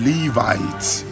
Levites